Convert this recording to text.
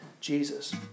Jesus